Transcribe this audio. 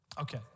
Okay